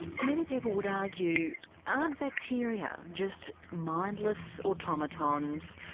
many people would argue aren't bacteria just mindless automatons,